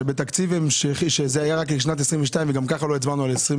שבתקציב המשכי שזה היה רק לשנת 2022 וגם ככה לא הצבענו על 2023,